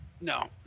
No